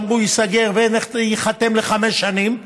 אמרו שייסגר וייחתם לחמש שנים,